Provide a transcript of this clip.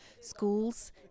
schools